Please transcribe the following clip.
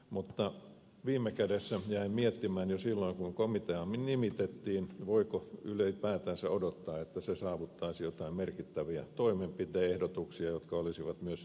mutta viime kädessä jäin miettimään jo silloin kun komiteamme nimitettiin voiko ylipäätänsä odottaa että se saavuttaisi joitain merkittäviä toimenpide ehdotuksia jotka olisivat myös vietävissä läpi